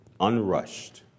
unrushed